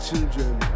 children